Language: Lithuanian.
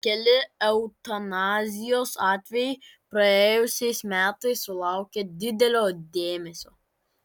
keli eutanazijos atvejai praėjusiais metais sulaukė didelio dėmesio